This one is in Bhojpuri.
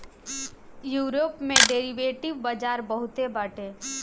यूरोप में डेरिवेटिव बाजार बहुते बाटे